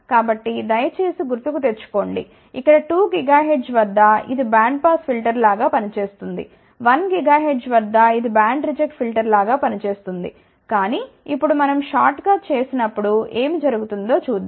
కాబట్టి దయచేసి గుర్తు కు తెచ్చుకోండి ఇక్కడ 2 GHz వద్ద ఇది బ్యాండ్ పాస్ ఫిల్టర్ లాగా పని చేస్తుంది 1 GHz వద్ద ఇది బ్యాండ్ రిజెక్ట్ ఫిల్టర్ లాగా పని చేస్తుంది కానీ ఇప్పుడు మనం షార్ట్ గా చేసినప్పుడు ఏమి జరుగుతుందో చూద్దాం